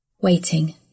Waiting